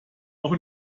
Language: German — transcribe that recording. auch